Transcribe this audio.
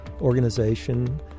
organization